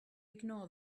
ignore